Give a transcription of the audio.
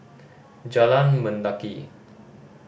Jalan Mendaki